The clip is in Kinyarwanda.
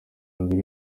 mbere